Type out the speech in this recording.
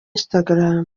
instagram